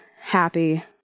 happy